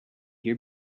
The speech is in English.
year